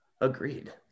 Agreed